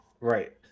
right